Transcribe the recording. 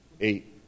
eight